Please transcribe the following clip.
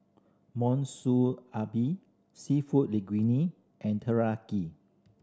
Monsunabe Seafood Linguine and Teriyaki